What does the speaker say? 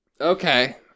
Okay